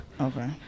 Okay